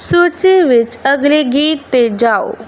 ਸੂਚੀ ਵਿੱਚ ਅਗਲੇ ਗੀਤ 'ਤੇ ਜਾਓ